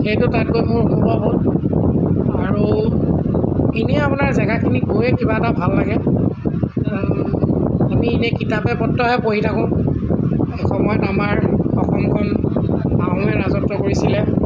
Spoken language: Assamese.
সেইটো তাত গৈ মোৰ অনুভৱ হ'ল আৰু এনেই আপোনাৰ জেগাখিনি গৈ কিবা এটা ভাল লাগে আমি এনেই কিতাপে পত্ৰইহে পঢ়ি থাকোঁ এসময়ত আমাৰ অসমখন আহোমে ৰাজত্ব কৰিছিলে